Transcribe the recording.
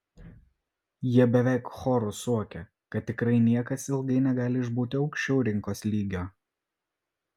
jie beveik choru suokia kad tikrai niekas ilgai negali išbūti aukščiau rinkos lygio